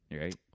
right